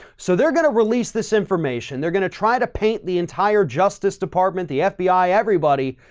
so they're going to release this information, they're going to try to paint the entire justice department, the fbi, everybody,